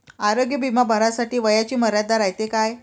आरोग्य बिमा भरासाठी वयाची मर्यादा रायते काय?